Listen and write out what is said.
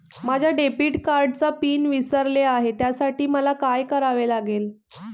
माझ्या डेबिट कार्डचा पिन विसरले आहे त्यासाठी मला काय करावे लागेल?